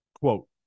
quote